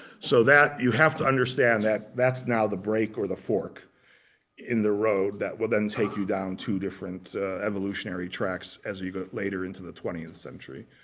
so you have to understand that that's now the brake or the fork in the road that will then take you down two different evolutionary tracks as you go later into the twentieth century.